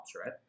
right